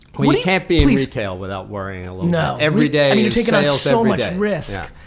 well you can't be retail without worrying a you know every day. i mean you're taking on so much risk.